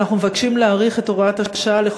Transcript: אנחנו עוברים לנושא הבא בסדר-היום: